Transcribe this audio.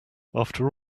after